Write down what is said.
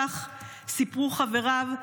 כך סיפרו חבריו,